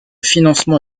financement